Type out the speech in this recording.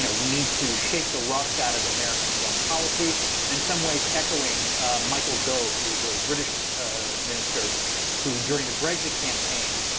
you know we need to shake the rust out of american foreign policy. and in some ways echoing michael gove who was a british minister who during the brexit campaign,